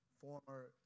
former